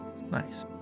Nice